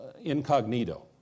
incognito